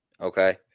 okay